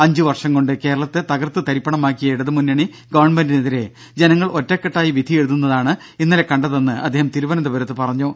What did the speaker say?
അഞ്ചു വർഷം കൊണ്ട് കേരളത്തെ തകർത്ത് തരിപ്പണമാക്കിയ ഇടതുമുന്നണി ഗവൺമെന്റിനെതിരെ ജനങ്ങൾ ഒറ്റക്കെട്ടായി വിധി എഴുതുന്നതാണ് ഇന്നലെ കണ്ടതെന്ന് അദ്ദേഹം തിരുവനന്തപുരത്ത് പറഞ്ഞു